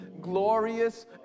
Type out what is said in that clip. glorious